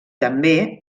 també